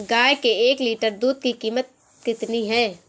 गाय के एक लीटर दूध की कीमत कितनी है?